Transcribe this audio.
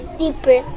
deeper